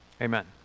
Amen